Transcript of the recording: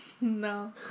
No